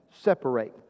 separate